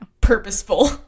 purposeful